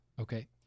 Okay